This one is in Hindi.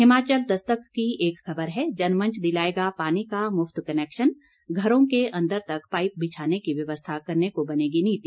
हिमाचल दस्तक की एक खबर है जनमंच दिलाएगा पानी का मुफत कनेक्शन घरों के अंदर तक पाइप बिछाने की व्यवस्था करने को बनेगी नीति